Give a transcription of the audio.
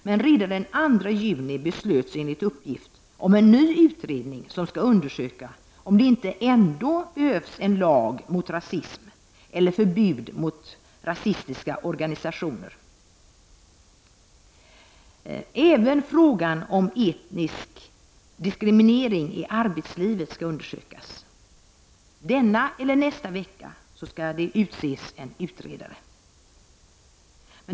Men redan den 2 juni beslöts, enligt uppgift, om en ny utredning som skall undersöka om det inte ändå behövs en lag mot rasism eller förbud mot rasistiska organisationer. Även frågan om etnisk diskriminering i arbetslivet skall undersökas. Denna eller nästa vecka skall en utredare utses.